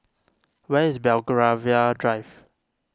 where is Belgravia Drive